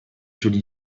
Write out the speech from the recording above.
sugli